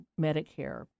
Medicare